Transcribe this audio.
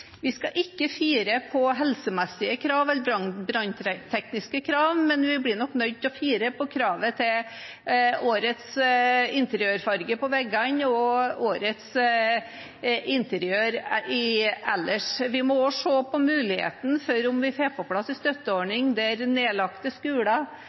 Vi skal ikke fire på helsemessige krav eller branntekniske krav, men vi blir nok nødt til å fire på kravet til årets interiørfarge på veggene og årets interiør ellers. Vi må også se på muligheten for å få på plass en støtteordning der nedlagte skoler,